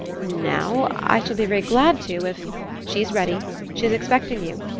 now? i shall be very glad to, if she's ready she's expecting you,